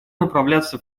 направляться